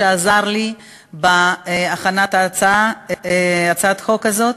שעזר לי בהכנת הצעת החוק הזאת.